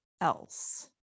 else